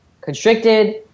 constricted